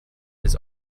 his